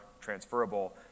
transferable